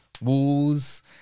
walls